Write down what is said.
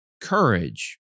Courage